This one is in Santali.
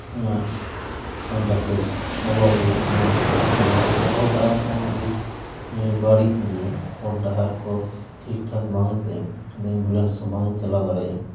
ᱮᱸᱜ ᱚᱱ ᱠᱟᱛᱮᱜ ᱦᱚᱦᱚᱭ ᱦᱩᱭᱩᱜᱼᱟ ᱚᱱᱟ ᱦᱚᱸ ᱵᱟᱝ ᱠᱚ ᱵᱟᱲᱟᱭᱟ ᱚᱱᱠᱟ ᱦᱚᱨ ᱰᱟᱦᱟᱨ ᱠᱚᱦᱚᱸ ᱟᱹᱰᱤ ᱵᱟᱹᱲᱤᱡ ᱜᱮᱭᱟ ᱦᱚᱨ ᱰᱟᱦᱟᱨ ᱠᱚ ᱴᱷᱤᱠ ᱴᱷᱟᱠ ᱵᱟᱝᱛᱮ ᱮᱢᱵᱩᱞᱮᱱᱥ ᱦᱚᱸ ᱵᱟᱝ ᱪᱟᱞᱟᱣ ᱫᱟᱲᱮᱭᱟᱜᱼᱟ